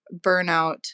burnout